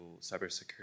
cybersecurity